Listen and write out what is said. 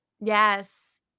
yes